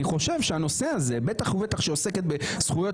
אני חושב שבטח ובטח כשהיא עוסקת בזכויות